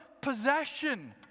possession